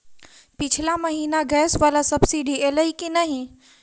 पिछला महीना गैस वला सब्सिडी ऐलई की नहि?